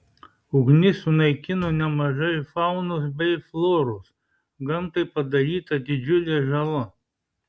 ugnis sunaikino nemažai faunos bei floros gamtai padaryta didžiulė žala